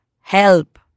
help